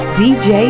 dj